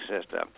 system